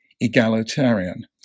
egalitarian